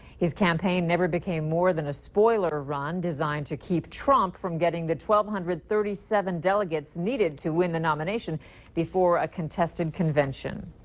his campaign never became more than a spoiler run, designed to keep trump from getting the twelve hundred thirty seven delegates needed to win the nomination before a contested convention.